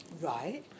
Right